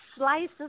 Slices